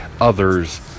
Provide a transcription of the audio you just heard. others